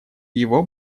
его